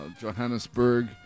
Johannesburg